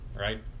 right